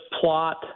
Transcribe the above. plot